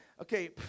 Okay